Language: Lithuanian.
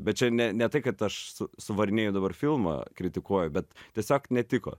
bet čia ne ne tai kad aš su suvarinėju dabar filmą kritikuoju bet tiesiog netiko